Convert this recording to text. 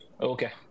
Okay